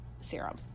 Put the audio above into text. serum